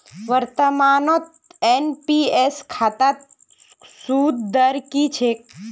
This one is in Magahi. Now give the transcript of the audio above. वर्तमानत एन.पी.एस खातात सूद दर की छेक